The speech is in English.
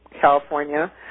california